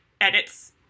edits